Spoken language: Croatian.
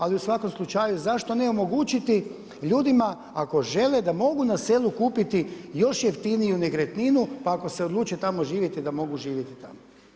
Ali u svakom slučaju, zašto ne omogućiti ljudima kao žele da mogu na selu kupiti još jeftiniju nekretninu pa ako se odluče tamo živjeti da mogu živjeti tamo?